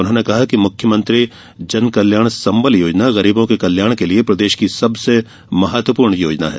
उन्होंने कहा कि मुख्यमंत्री जन कल्याण संबल योजना गरीबों के कल्याण के लिये प्रदेश की सबसे महत्वपूर्ण योजना है